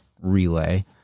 relay